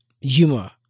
humor